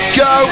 go